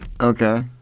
Okay